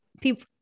People